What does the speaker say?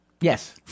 yes